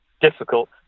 difficult